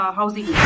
housing